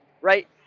right